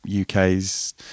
UK's